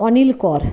অনিল কর